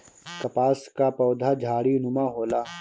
कपास कअ पौधा झाड़ीनुमा होला